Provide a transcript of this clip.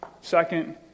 Second